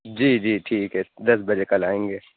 جی جی ٹھیک ہے دس بجے کل آئیں گے